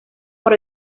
por